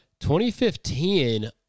2015